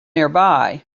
nearby